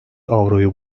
avroyu